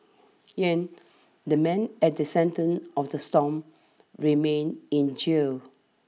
Yang the man at the sentence of the storm remains in jail